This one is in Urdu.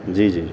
جی جی جی